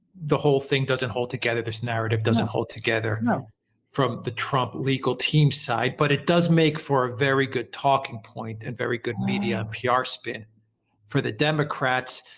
the whole thing doesn't hold together, this narrative doesn't hold together from the trump legal team side, but it does make for a very good talking point and very good media pr spin for the democrats.